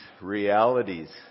realities